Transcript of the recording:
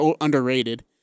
underrated